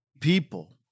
people